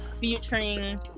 featuring